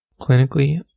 Clinically